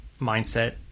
mindset